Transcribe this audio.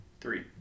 Three